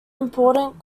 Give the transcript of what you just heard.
important